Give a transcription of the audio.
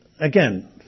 again